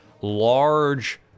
large